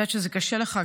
אני יודעת שזה קשה לך,